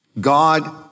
God